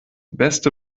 beste